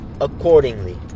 accordingly